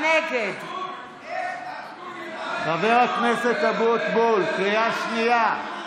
נגד חבר הכנסת אבוטבול, קריאה שנייה.